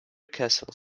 castles